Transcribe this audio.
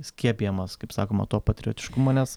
skiepijamas kaip sakoma to patriotiškumo nes